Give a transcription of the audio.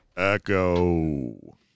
echo